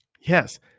Yes